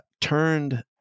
turned